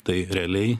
tai realiai